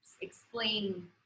explain